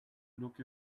look